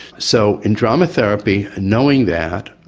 so in drama therapy, knowing that,